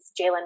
Jalen